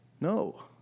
No